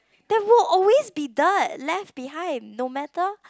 there will always be dirt left behind no matter